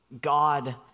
God